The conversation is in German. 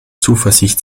zuversicht